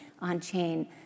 on-chain